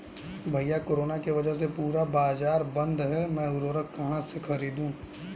भैया कोरोना के वजह से पूरा बाजार बंद है मैं उर्वक कहां से खरीदू?